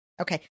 Okay